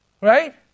Right